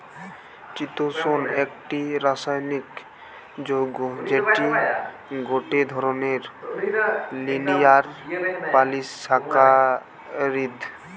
চিতোষণ একটি রাসায়নিক যৌগ্য যেটি গটে ধরণের লিনিয়ার পলিসাকারীদ